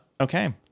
Okay